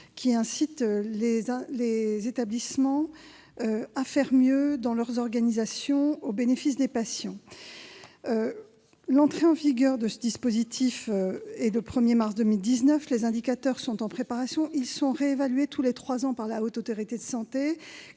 qui encourage les établissements à faire mieux dans leurs organisations au bénéfice des patients. L'entrée en vigueur de ce dispositif est fixée au 1 mars 2019. Les indicateurs, qui sont en préparation, seront réévalués tous les trois ans par la Haute Autorité de santé,